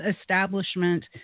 establishment